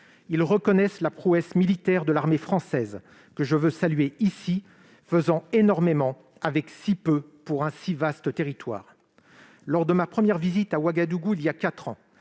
Ils reconnaissent la prouesse militaire de l'armée française, que je veux saluer ici, faisant énormément avec si peu pour un si vaste territoire. Lors de ma première visite à Ouagadougou, il y a quatre ans,